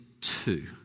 two